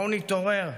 בואו נתעורר.